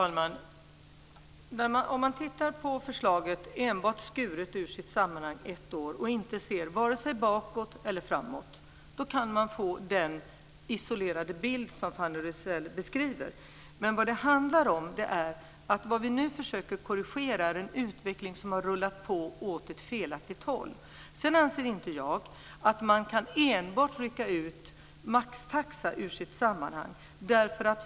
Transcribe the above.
Fru talman! Om man tittar på förslaget enbart skuret ur sitt sammanhang ett år och inte ser vare sig bakåt eller framåt kan man få den isolerade bild som Fanny Rizell beskriver. Vad vi nu försöker korrigera är en utveckling som har rullat på åt ett felaktigt håll. Sedan anser inte jag att man kan rycka ut enbart maxtaxan ur sammanhanget.